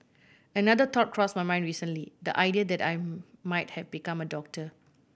another thought crossed my mind recently the idea that I might have become a doctor